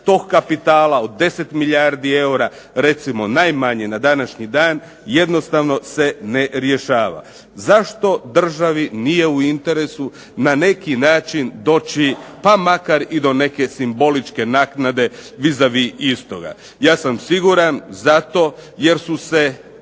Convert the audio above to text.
tog kapitala od 10 milijardi eura, recimo najmanje na današnji dan jednostavno se ne rješava. Zašto državi nije u interesu na neki način doći pa makar i do neke simboličke naknade vis a vis istoga. Ja sam siguran zato jer su se